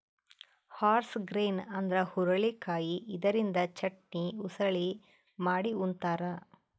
horse grain ಅಂದ್ರ ಹುರಳಿಕಾಯಿ ಇದರಿಂದ ಚಟ್ನಿ, ಉಸಳಿ ಮಾಡಿ ಉಂತಾರ್